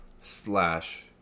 slash